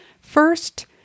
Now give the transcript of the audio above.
First